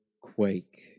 quake